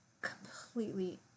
completely